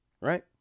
Right